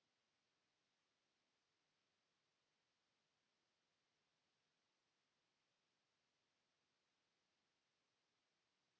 Kiitos.